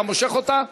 אתה מושך אותה?